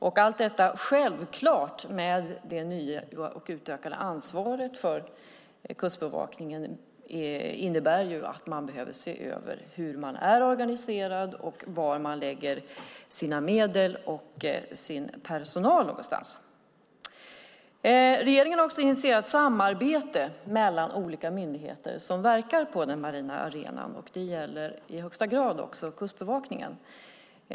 Självklart innebär allt detta med det nya och utökade ansvaret för Kustbevakningen att man behöver se över hur man är organiserad och var man lägger sina medel och sin personal. Regeringen har också initierat samarbete mellan olika myndigheter som verkar på den marina arenan. Det gäller i högsta grad också Kustbevakningen.